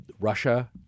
Russia